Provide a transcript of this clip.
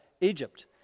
Egypt